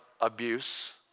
abuse